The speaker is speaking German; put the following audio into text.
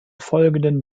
folgenden